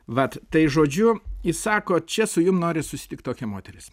vat tai žodžiu ji sako čia su jum nori susitikt tokia moteris